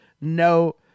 no